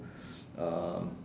um